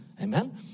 Amen